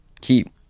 keep